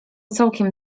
całkiem